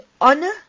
honor